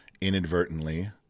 inadvertently